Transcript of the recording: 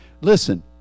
Listen